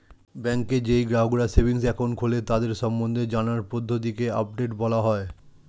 ব্যাংকে যেই গ্রাহকরা সেভিংস একাউন্ট খোলে তাদের সম্বন্ধে জানার পদ্ধতিকে আপডেট বলা হয়